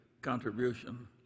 contribution